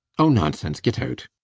oh, nonsense get out.